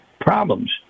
problems